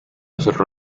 cerró